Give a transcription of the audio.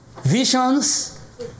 visions